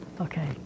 Okay